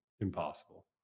Impossible